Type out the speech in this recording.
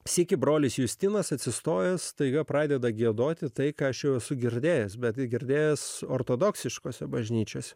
sykį brolis justinas atsistojęs staiga pradeda giedoti tai ką aš jau esu girdėjęs bet girdėjęs ortodoksiškose bažnyčios